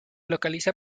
localiza